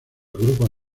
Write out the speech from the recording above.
grupos